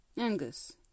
Angus